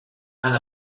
and